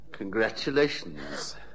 Congratulations